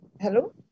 Hello